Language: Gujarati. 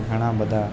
ઘણા બધા